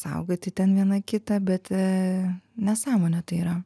saugoti ten viena kitą bet nesąmonė tai yra